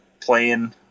playing